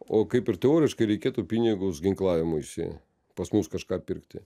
o kaip ir teoriškai reikėtų pinigus ginklavimuisi pas mus kažką pirkti